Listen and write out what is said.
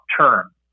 term